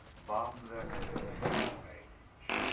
bomb them into the stone age.